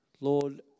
Lord